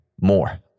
more